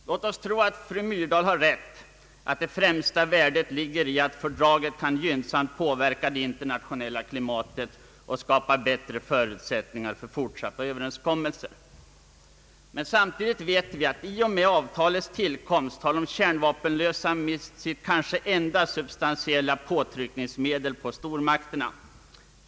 Låt oss tro att fru Myrdal har rätt, att det främsta värdet ligger i att fördraget gynnsamt kan påverka det internationella klimatet och skapa bättre förutsättningar för fortsatta Ööverenskommelser. Men vi vet samtidigt att i och med avtalets tillkomst har de kärnvapenlösa staterna mist sitt kanske enda substantiella påtryckningsmedel på stormakterna.